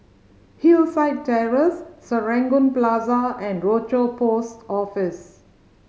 Hillside Terrace Serangoon Plaza and Rochor Post Office